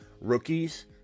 rookies